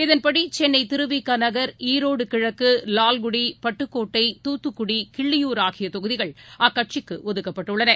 இதன்படிசென்னைதிருவி க நகர் ஈரோடுகிழக்கு வால்குடி பட்டுக்கோட்டை தாத்துக்குடி கிள்ளியூர் ஆகியதொகுதிகள் அக்கட்சிக்குஒதுக்கப்பட்டுள்ளன